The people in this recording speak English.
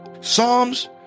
Psalms